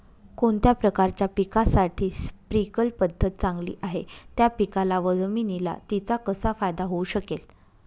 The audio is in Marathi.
कोणत्या प्रकारच्या पिकासाठी स्प्रिंकल पद्धत चांगली आहे? त्या पिकाला व जमिनीला तिचा कसा फायदा होऊ शकेल?